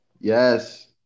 Yes